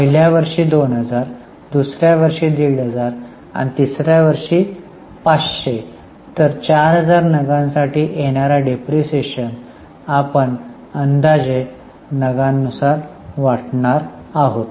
पहिल्या वर्षी 2000 दुसऱ्या वर्षी 1500 आणि तिसऱ्या वर्षी 500 तर 4000 नगांसाठी येणारा डिप्रीशीएशन आपण हा अंदाजे नगांनुसार वाटणार आहोत